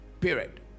Period